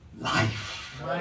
life